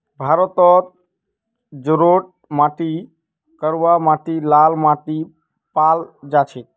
भारतत जलोढ़ माटी कलवा माटी लाल माटी पाल जा छेक